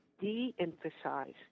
de-emphasize